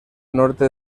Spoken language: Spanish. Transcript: norte